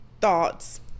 thoughts